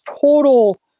total